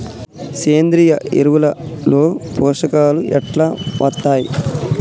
సేంద్రీయ ఎరువుల లో పోషకాలు ఎట్లా వత్తయ్?